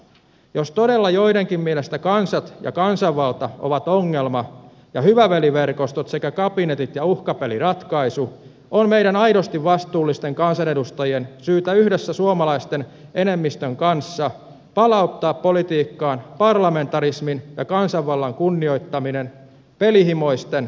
jos todella joidenkin mielestä kansat ja kansanvalta ovat ongelma ja hyvä veli verkostot sekä kabinetit ja uhkapeli ratkaisu on meidän aidosti vastuullisten kansanedustajien syytä yhdessä suomalaisten enemmistön kanssa palauttaa politiikkaan parlamentarismin ja kansanvallan kunnioittaminen pelihimoisten vastustuksesta huolimatta